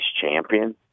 champion